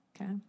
Okay